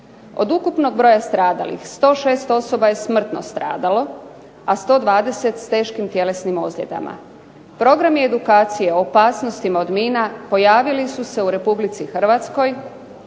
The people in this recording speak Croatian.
Od ukupnog broja stradalih 106 osoba je smrtno stradalo, a 120 s teškim tjelesnim ozljedama. Programi edukacije o opasnostima od mina pojavili su se u Republici Hrvatskoj